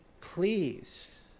Please